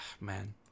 Man